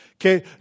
Okay